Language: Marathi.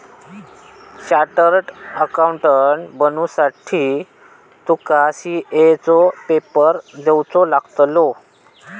चार्टड अकाउंटंट बनुसाठी तुका सी.ए चो पेपर देवचो लागतलो